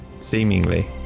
seemingly